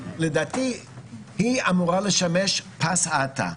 לדעתי היא אמורה לשמש פס האטה,